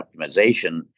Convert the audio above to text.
optimization